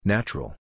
Natural